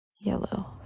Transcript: yellow